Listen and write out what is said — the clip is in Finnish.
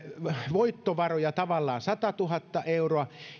voittovaroja satatuhatta euroa